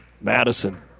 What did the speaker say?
Madison